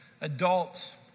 adults